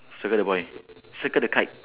circle the boy circle the kite